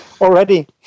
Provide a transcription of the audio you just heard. Already